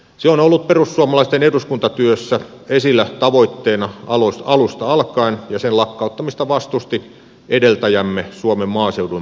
se on ollut perussuomalaisten eduskuntatyössä esillä tavoitteena alusta alkaen ja sen lakkauttamista vastusti edeltäjämme suomen maaseudun puolue